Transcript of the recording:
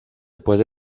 puede